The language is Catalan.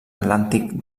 atlàntic